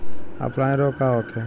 Offline रोग का होखे?